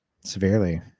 severely